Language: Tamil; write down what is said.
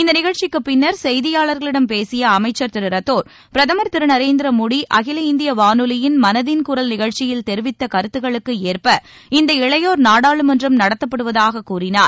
இந்த நிகழ்ச்சிக்குப் பின்னர் செய்தியாளர்களிடம் பேசிய அமைச்சர் திரு ரத்தோர் பிரதமர் திரு நரேந்திர மோடி அகில இந்திய வானொலியின் மனதின் குரல் நிகழ்ச்சியில் தெரிவித்த கருத்துகளுக்கு ஏற்ப இந்த இளையோர் நாடாளுமன்றம் நடத்தப்படுவதாகக் கூறினார்